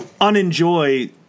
unenjoy